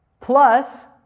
plus